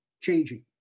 changing